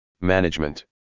management